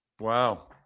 Wow